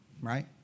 right